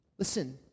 Listen